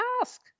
ask